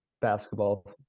basketball